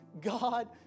God